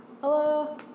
Hello